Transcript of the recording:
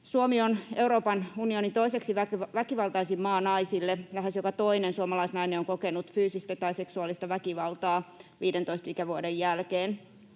Suomi on Euroopan unionin toiseksi väkivaltaisin maa naisille. Lähes joka toinen suomalaisnainen on kokenut fyysistä tai seksuaalista väkivaltaa 15 ikävuoden jälkeen.